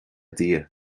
dia